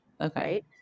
Okay